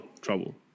trouble